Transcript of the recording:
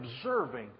observing